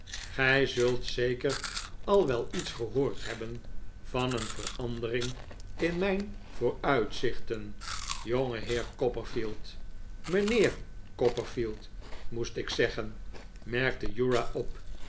gij zult zeker al wel iets gehoord hebben van een verandering in mijn vooruitzichten jongeheer copperfield mijnheer copperfield moest ik zeggen merkte uriah op